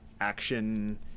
action